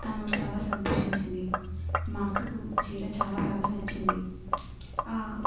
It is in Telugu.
తను చాలా సంతోషించింది మా అక్కకు చీర చాలా బాగా నచ్చింది